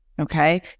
okay